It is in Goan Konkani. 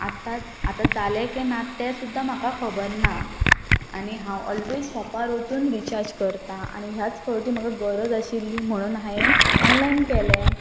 आतां आतां जालें काय ना तें सुद्दा म्हाका खबर ना आनी हांव ऑलवेज शॉपार वचून रिचार्ज करता आनी ह्याच फावटी म्हाका गरज आशिल्ली म्हणून हांवें ऑनलायन केलें